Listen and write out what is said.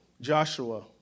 Joshua